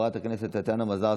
חברת הכנסת טטיאנה מזרסקי,